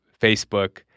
Facebook